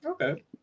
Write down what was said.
Okay